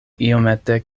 iomete